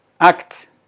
act